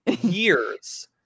years